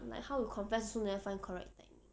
like how you confess also never find correct timing